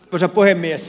arvoisa puhemies